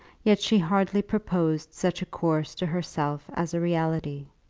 yet she hardly proposed such a course to herself as a reality.